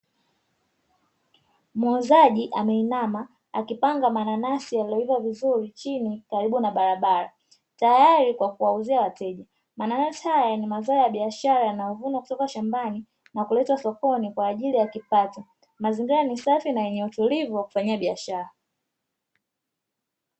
Muuzaji ameinama akipanga mananasi yaliyoiva vizuri chini karibu na barabara tayari kwa kuwauzia wateja. Mananasi haya ni mazao ya biashara yanayovunwa kutoka shambani na kuletwa sokoni kwa ajili ya kipato, mazingira ni safi na yenye utulivu wa kufanyia biashara.